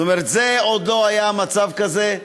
זאת אומרת, עוד לא היה מצב כזה.